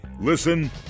Listen